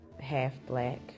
half-black